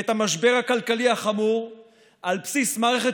ואת המשבר הכלכלי החמור על בסיס מערכת